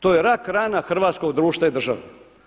To je rak rana hrvatskog društva i države.